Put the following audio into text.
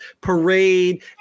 parade